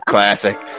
Classic